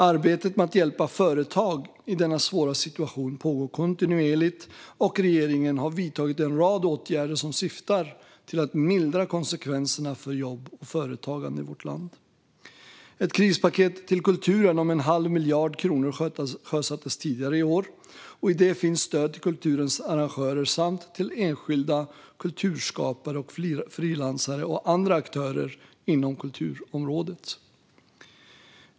Arbetet med att hjälpa företag i denna svåra situation pågår kontinuerligt och regeringen har vidtagit en rad åtgärder som syftar till att mildra konsekvenserna för jobb och företagande i vårt land. Ett krispaket till kulturen om en halv miljard kronor sjösattes tidigare i år. I det finns stöd till kulturens arrangörer samt till enskilda kulturskapare och frilansare och andra aktörer inom kulturområdet.